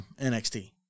NXT